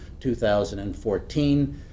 2014